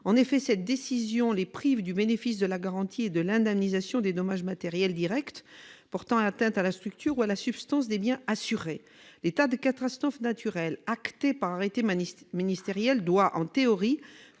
En effet, cette décision les prive du bénéfice de la garantie et de l'indemnisation des dommages matériels directs portant atteinte à la structure ou à la substance des biens assurés. L'état de catastrophe naturelle acté par arrêté interministériel doit en théorie